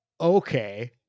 okay